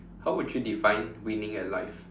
how would you define winning at life